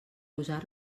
usar